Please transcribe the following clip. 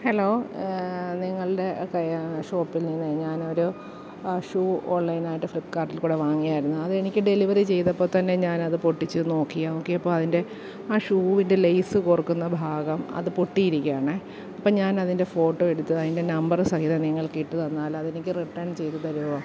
hello നിങ്ങളുടെ കയ്യിൽ ഷോപ്പില് നിന്നേ ഞാൻ ഒരു ഷൂ ഓണ്ലൈൻ ആയിട്ട് ഫ്ലിപ്ക്കാർട്ടില് കൂടെ വാങ്ങിയിരുന്നു അതെനിക്ക് ഡെലിവറി ചെയ്തപ്പം തന്നെ ഞാൻ അത് പൊട്ടിച്ച് നോക്കി നോക്കിയപ്പം അതിന്റെ ആ ഷൂവിന്റെ ലേസ് കോര്ക്കുന്ന ഭാഗം അത് പൊട്ടി ഇരിക്കുവാണേ അപ്പം ഞാൻ അതിന്റെ ഫോട്ടോ എടുത്തു അതിന്റെ നമ്പർ സഹിതം നിങ്ങള്ക്ക് ഇട്ടുതന്നാൽ അത് എനിക്ക് റിട്ടേണ് ചെയ്ത് തരുമോ